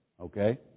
okay